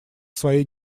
своей